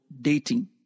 dating